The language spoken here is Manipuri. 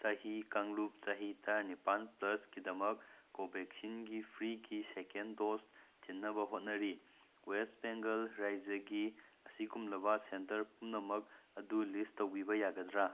ꯆꯍꯤ ꯀꯥꯡꯂꯨꯞ ꯆꯍꯤ ꯇꯔꯥꯅꯤꯄꯥꯟ ꯄ꯭ꯂꯁꯀꯤꯗꯃꯛ ꯀꯣꯚꯦꯛꯁꯤꯟꯒꯤ ꯐ꯭ꯔꯤꯒꯤ ꯁꯦꯀꯦꯟ ꯗꯣꯖ ꯊꯤꯅꯕ ꯍꯣꯠꯅꯔꯤ ꯋꯦꯁ ꯕꯦꯡꯒꯜ ꯔꯥꯏꯖ꯭ꯌꯒꯤ ꯑꯁꯤꯒꯨꯝꯂꯕ ꯁꯦꯟꯇꯔ ꯄꯨꯝꯅꯃꯛ ꯑꯗꯨ ꯂꯤꯁ ꯇꯧꯕꯤꯕ ꯌꯥꯒꯗ꯭ꯔꯥ